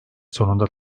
sonunda